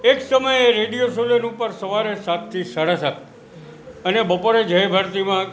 એક સમયે રેડિયો સિલોન ઉપર સવારે સાત થી સાડા સાત અને બપોરે જય ભરતીમાં